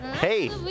hey